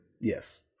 Yes